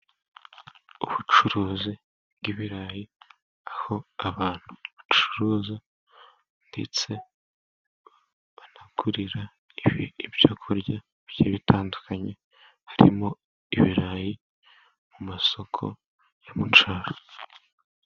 Ubucuruzi bw'ibirayi aho abantu bacuruza ndetse banagurira ibyokurya bigiye bitandukanye harimo ibirayi mu masoko yo mu cyaro.